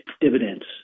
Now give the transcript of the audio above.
dividends